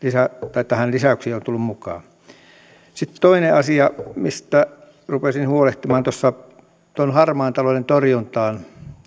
näihin lisäyksiin on tullut mukaan toinen asia mistä rupesin huolehtimaan tuon harmaan talouden torjuntaan